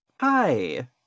hi